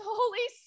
Holy